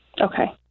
Okay